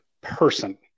person